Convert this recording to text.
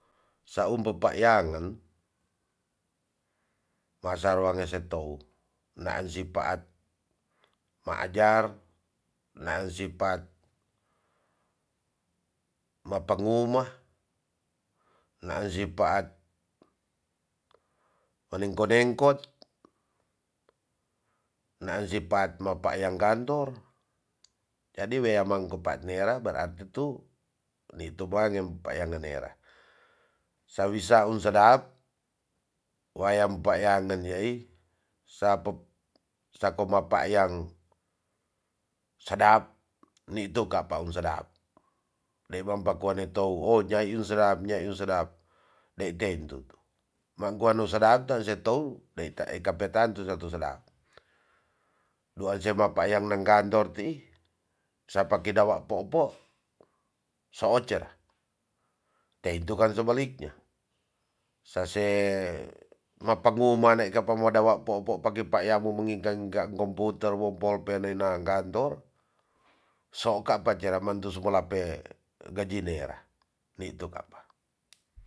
Saum pepayangan masa ange sitow naan sipaat maajar nan sipaat mapengu ma, naan sipaat manengko-nengkot, naan sipaat mapayang kantor, jadi weamang kupat nera berarti tu nitu mangen payanga nera sawi sau sedap wayem payangen yai sako mapayang sadap nitu kapa ung sadap demon pakone tou o nyai itu sedap nyai iyu sedap dei tentu magua no sedap dei setou kaper tantu tantu sedap duan se bapa yang nang kantor tii sa pake dawa popo soocer teitu kan sebaliknya sase mapangu mane kapa mo dawa popo page payamu mengingka ngingka komputer wo polpen nenang kantor sokat pacereman tu sumelape gaji nera nitu kapa.